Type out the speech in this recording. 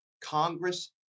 Congress